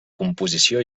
composició